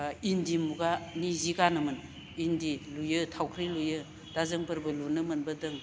ओ इन्दि मुगानि जि गानोमोन इन्दि लुयो थावख्रि लुयो दा जोंफोरबो लुनो मोनबोदों